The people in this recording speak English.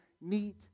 neat